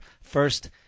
First